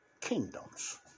kingdoms